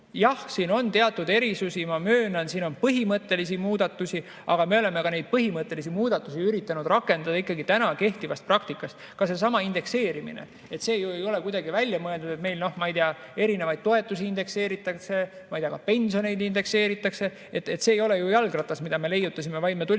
Aga siin on teatud erisusi. Ma möönan, siin on põhimõttelisi muudatusi, aga me oleme ka neid põhimõttelisi muudatusi üritanud rakendada ikkagi lähtudes kehtivast praktikast. Ka seesama indekseerimine ei ole kuidagi nüüd välja mõeldud. Noh, ma ei tea, meil indekseeritakse erinevaid toetusi, pensioneid indekseeritakse. See ei ole ju jalgratas, mille me leiutasime, vaid me tulime